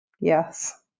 Yes